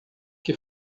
que